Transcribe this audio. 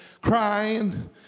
Crying